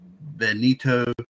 Benito